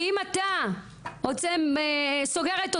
ואם אתה סוגר את אוזניך,